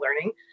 learning